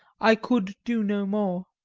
i could do no more.